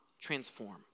transform